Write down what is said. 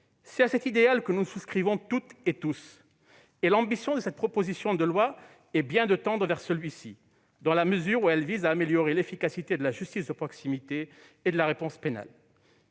C'est à cet idéal que nous souscrivons toutes et tous. L'ambition de cette proposition de loi est bien de tendre vers celui-ci, justement parce qu'elle vise à améliorer l'efficacité de la justice de proximité et de la réponse pénale.